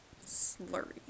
slurry